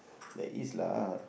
that is lah